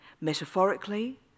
Metaphorically